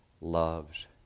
loves